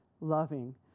loving